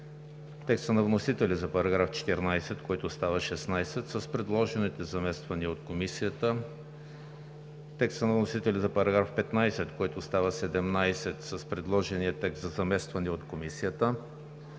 текста на вносителя за § 14, който става 16 с предложените замествания от Комисията; текста на вносителя за § 15, който става 17 с предложения текст за заместване от Комисията;